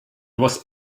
was